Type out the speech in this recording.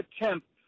attempt